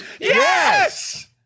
Yes